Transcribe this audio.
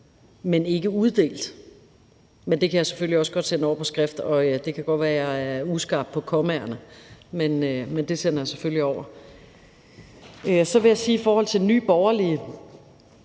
er ikke uddelt. Det kan jeg selvfølgelig også godt sende over på skrift, og det kan godt være, at jeg er uskarp på kommaerne, men det sender jeg selvfølgelig over. Så har jeg lyst til at kommentere